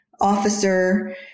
officer